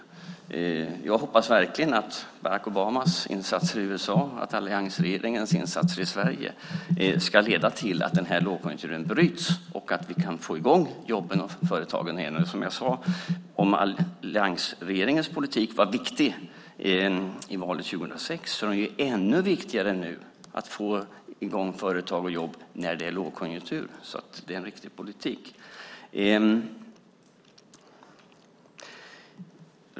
Jag hoppas verkligen att Barack Obamas insatser i USA och alliansregeringens insatser i Sverige leder till att den här lågkonjunkturen bryts och att vi återigen kan få i gång jobben och företagen. Som jag tidigare sagt: Om alliansregeringens politik var viktig i valet 2006 så är det ännu viktigare att nu när det är lågkonjunktur få i gång företag och jobb; det är en riktig politik.